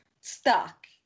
stuck